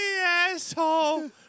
asshole